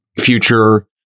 future